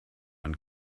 man